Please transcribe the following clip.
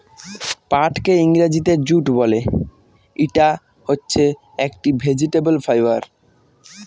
পাটকে ইংরেজিতে জুট বলে, ইটা হচ্ছে একটি ভেজিটেবল ফাইবার